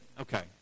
okay